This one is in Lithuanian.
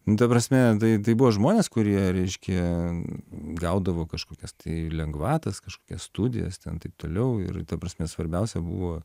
nu ta prasme tai buvo žmonės kurie reiškia gaudavo kažkokias lengvatas kažkokias studijas ten taip toliau ir ta prasme svarbiausia buvo